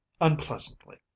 unpleasantly